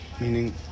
meaning